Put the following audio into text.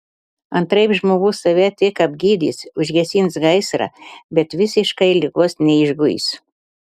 antraip žmogus save tik apgydys užgesins gaisrą bet visiškai ligos neišguis